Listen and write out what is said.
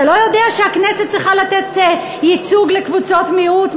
אתה לא יודע שהכנסת צריכה לתת ייצוג לקבוצות מיעוט?